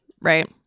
right